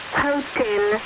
hotel